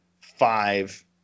five